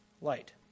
light